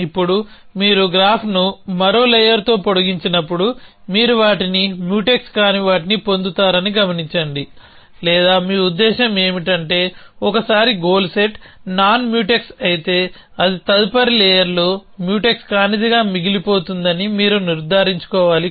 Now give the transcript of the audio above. ఇప్పుడు మీరు గ్రాఫ్ను మరో లేయర్తో పొడిగించినప్పుడు మీరు వాటిని మ్యూటెక్స్ కాని వాటిని పొందుతారని గమనించండి లేదా మీ ఉద్దేశ్యం ఏమిటంటే ఒకసారి గోల్ సెట్ నాన్ మ్యూటెక్స్ అయితే అది తదుపరి లేయర్లో మ్యూటెక్స్ కానిదిగా మిగిలిపోతుందని మీరు కూడా నిర్ధారించుకోవాలి